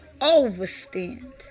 overstand